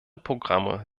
programme